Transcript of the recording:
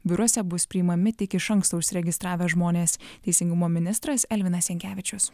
biuruose bus priimami tik iš anksto užsiregistravę žmonės teisingumo ministras elvinas jankevičius